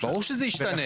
ברור שזה ישתנה.